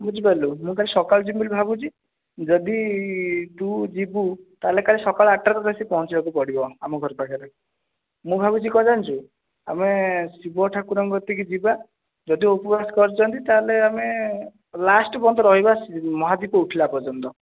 ବୁଝିପାରିଲୁ ମୁଁ କାଲି ସକାଳୁ ଯିବି ବୋଲି ଭାବୁଛି ଯଦି ତୁ ଯିବୁ ତା'ହେଲେ କାଲି ସକାଳ ଆଠଟାରେ ତୋତେ ଆସିକି ପହଞ୍ଚିବାକୁ ପଡ଼ିବ ଆମ ଘର ପାଖରେ ମୁଁ ଭାବୁଛି କ'ଣ ଜାଣିଛୁ ଆମେ ଶିବ ଠାକୁରଙ୍କ କତିକି ଯିବା ଯଦି ଉପବାସ କରିଛନ୍ତି ତା'ହେଲେ ଆମେ ଲାଷ୍ଟ୍ ପର୍ଯ୍ୟନ୍ତ ରହିବା ମହାଦୀପ ଉଠିଲା ପର୍ଯ୍ୟନ୍ତ